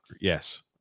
Yes